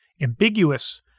ambiguous